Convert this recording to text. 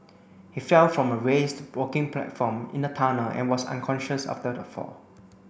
he fell from a raised working platform in the tunnel and was unconscious after the fall